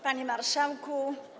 Panie Marszałku!